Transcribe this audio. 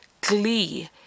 glee